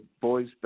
boys